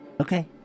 Okay